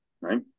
right